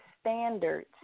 standards